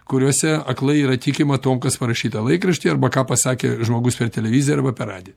kuriuose aklai yra tikima tuom kas parašyta laikraštyje arba ką pasakė žmogus per televiziją arba per radiją